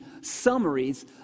summaries